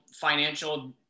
financial